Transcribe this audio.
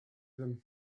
them